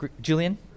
Julian